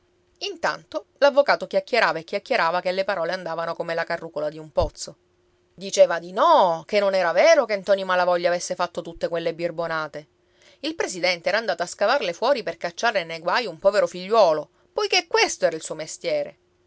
intanto l'avvocato chiacchierava e chiacchierava che le parole andavano come la carrucola di un pozzo diceva di no che non era vero che ntoni malavoglia avesse fatto tutte quelle birbonate il presidente era andato a scavarle fuori per cacciare nei guai un povero figliuolo poiché questo era il suo mestiere